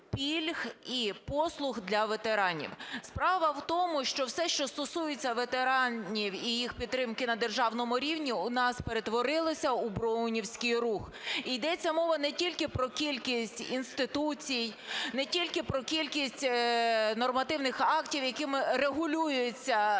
пільг і послуг для ветеранів. Справа в тому, що все, що стосується ветеранів і їх підтримки на державному рівні, у нас перетворилося у броунівський рух. Ідеться мова не тільки про кількість інституцій, не тільки про кількість нормативних актів, якими регулюється надання